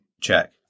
check